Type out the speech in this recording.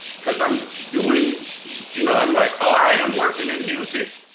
because i'm doing you know i'm like oh, i am working in music.